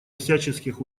всяческих